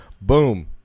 Boom